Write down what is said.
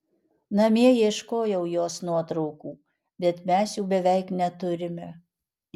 namie ieškojau jos nuotraukų bet mes jų beveik neturime